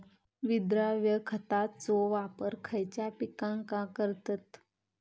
विद्राव्य खताचो वापर खयच्या पिकांका करतत?